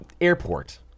airport